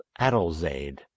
Adelzade